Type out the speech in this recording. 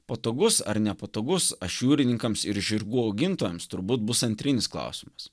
patogus ar nepatogus aš jūrininkams ir žirgų augintojams turbūt bus antrinis klausimas